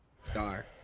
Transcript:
star